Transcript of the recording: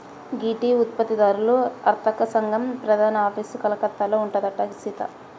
గీ tea ఉత్పత్తి దారుల అర్తక సంగం ప్రధాన ఆఫీసు కలకత్తాలో ఉందంట సీత